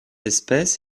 espèce